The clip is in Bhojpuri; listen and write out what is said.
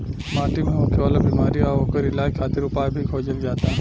माटी मे होखे वाला बिमारी आ ओकर इलाज खातिर उपाय भी खोजल जाता